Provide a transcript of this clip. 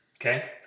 Okay